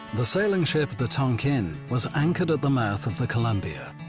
the sailing ship the tonquin was anchored at the mouth of the columbia.